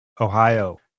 Ohio